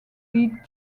league